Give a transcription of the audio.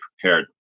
prepared